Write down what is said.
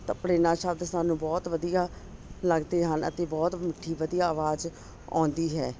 ਤਬਲੇ ਨਾਲ ਸ਼ਬਦ ਸਾਨੂੰ ਬਹੁਤ ਵਧੀਆ ਲੱਗਦੇ ਹਨ ਅਤੇ ਬਹੁਤ ਮਿੱਠੀ ਵਧੀਆ ਆਵਾਜ਼ ਆਉਂਦੀ ਹੈ